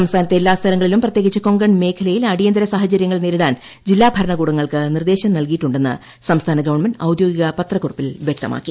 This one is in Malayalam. സംസ്ഥാനത്തെ എല്ലാ സ്ഥലങ്ങളിലും പ്രത്യേകിച്ച് കൊങ്കൺ മേഖലയിൽ അടിയന്തര സാഹചര്യങ്ങൾ നേരിടാൻ ജില്ലാ ഭരണകൂടങ്ങൾക്ക് നിർദ്ദേശം നൽകിയിട്ടുണ്ടെന്ന് സംസ്ഥാന ഗവൺമെന്റ് ഔദ്യോഗിക പത്രക്കുറിപ്പിൽ വ്യക്തമാക്കി